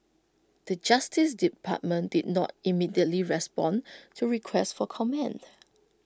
the justice department did not immediately respond to request for comment